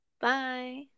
bye